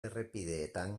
errepideetan